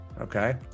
Okay